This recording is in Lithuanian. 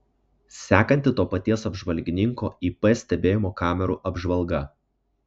sekanti to paties apžvalgininko ip stebėjimo kamerų apžvalga